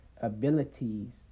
abilities